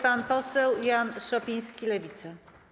Pan poseł Jan Szopiński, Lewica.